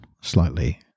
slightly